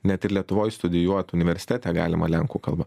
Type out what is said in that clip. net ir lietuvoj studijuot universitete galima lenkų kalba